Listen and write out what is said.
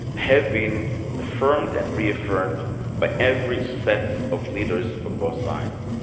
had been affirmed and reaffirmed but every sets of leaders from both sides.